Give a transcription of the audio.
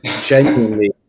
Genuinely